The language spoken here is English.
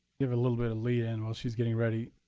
you have a little bit of lead in while she's getting ready.